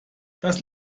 das